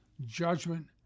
judgment